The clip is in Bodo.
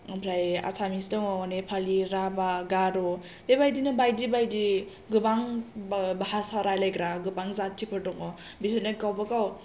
ओमफ्राय एसामिस दङ नेपालि राभा गार' बेबायदिनो बायदि बायदि गोबां भाषा रालायग्रा गोबां जाथिफोर दङ बिसोरोनि गावबा गाव